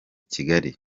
kigali